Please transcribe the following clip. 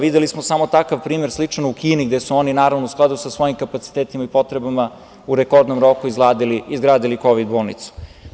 Videli smo samo takav primer sličan u Kini gde su oni naravno u skladu sa svojim kapacitetima i potrebama u rekordnom roku izgradili kovid bolnicu.